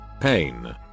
pain